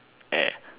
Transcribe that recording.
air